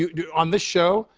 you know on this show,